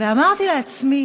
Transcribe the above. ואמרתי לעצמי: